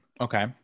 Okay